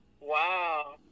Wow